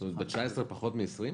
זאת אומרת, ב-2019 פחות מ-2020?